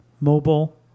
mobile